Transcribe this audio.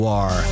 War